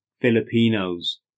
Filipinos